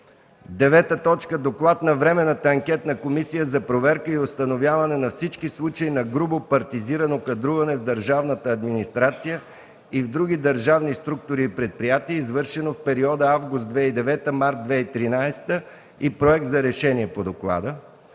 9. Доклад на Временната анкетна комисия за проверка и установяване на всички случаи на грубо партизирано кадруване в държавната администрация и в други държавни структури и предприятия, извършено в периода август 2009 - март 2013 г., и проект за решение по доклада.